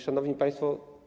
Szanowni Państwo!